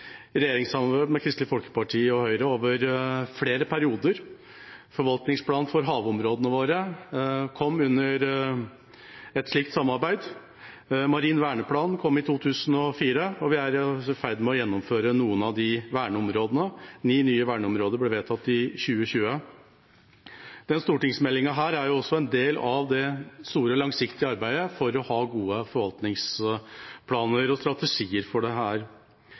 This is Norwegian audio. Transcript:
regjeringssamarbeid med Kristelig Folkeparti og Høyre over flere perioder. Forvaltningsplanen for havområdene våre kom under et slikt samarbeid. Marin verneplan kom i 2004, og vi er i ferd med å gjennomføre noen av de verneområdene. Ni nye verneområder ble vedtatt i 2020. Denne stortingsmeldinga er også en del av det store, langsiktige arbeidet for å ha gode forvaltningsplaner og strategier for dette. Ser vi på Oslofjorden og Trondheimsfjorden, der det